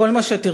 כל מה שתרצו.